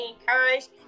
encouraged